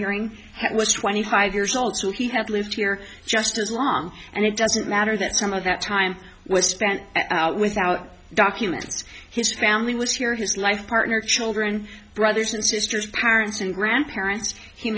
hearing that was twenty five years old so he had lived here just as long and it doesn't matter that some of that time was spent without documents his family was here his life partner children brothers and sisters parents and grandparents he